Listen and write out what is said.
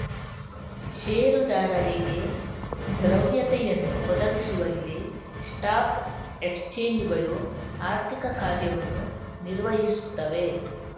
ಷೇರುದಾರರಿಗೆ ದ್ರವ್ಯತೆಯನ್ನು ಒದಗಿಸುವಲ್ಲಿ ಸ್ಟಾಕ್ ಎಕ್ಸ್ಚೇಂಜುಗಳು ಆರ್ಥಿಕ ಕಾರ್ಯವನ್ನು ನಿರ್ವಹಿಸುತ್ತವೆ